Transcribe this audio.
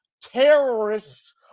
terrorists